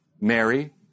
Mary